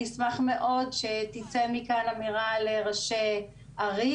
אני אשמח שתצא מכאן אמירה לראשי ערים